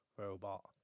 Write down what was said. robot